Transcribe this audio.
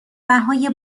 بهای